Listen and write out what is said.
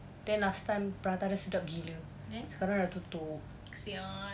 then last time prata dia sedap gila sekarang dah tutup